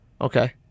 Okay